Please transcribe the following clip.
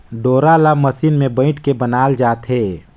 डोरा ल मसीन मे बइट के बनाल जाथे